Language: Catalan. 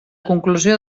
conclusió